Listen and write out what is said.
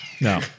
No